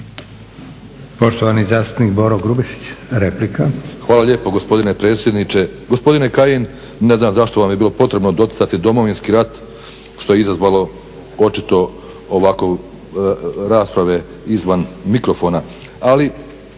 Poštovani zastupnik Boro Grubišić, replika. **Grubišić, Boro (HDSSB)** Hvala lijepo gospodine predsjedniče. Gospodine Kajin, ne znam zašto vam je bilo potrebno doticati Domovinski rat što je izazvalo očito ovako rasprave izvan mikrofona.